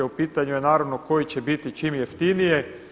U pitanju je naravno koji će biti čim jeftinije.